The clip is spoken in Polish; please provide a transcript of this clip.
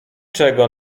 czego